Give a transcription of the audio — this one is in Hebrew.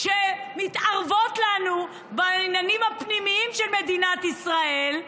שמתערבות לנו בעניינים הפנימיים של מדינת ישראל,